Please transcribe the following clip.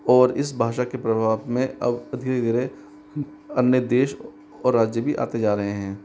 और इस भाषा के प्रभाव में अब धीरे धीरे अन्य देश और राज्य भी आते जा रहे हैं